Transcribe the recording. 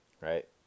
Right